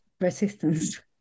resistance